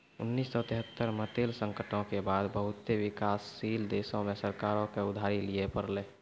उन्नीस सौ तेहत्तर मे तेल संकटो के बाद बहुते विकासशील देशो के सरकारो के उधारी लिये पड़लै